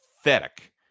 Pathetic